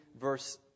verse